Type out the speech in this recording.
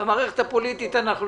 במערכת הפוליטית אנחנו לא...